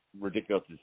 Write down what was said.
ridiculous